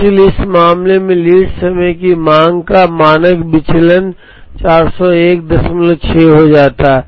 इसलिए इस मामले में लीड समय की मांग का मानक विचलन 4016 हो जाता है